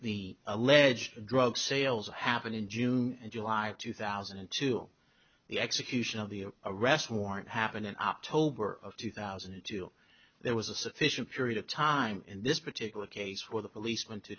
the alleged drug sales happened in june and july two thousand and two the execution of the arrest warrant happened in october of two thousand and two there was a sufficient period of time in this particular case where the police went to